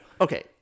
okay